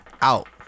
out